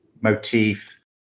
motif